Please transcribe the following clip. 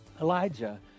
Elijah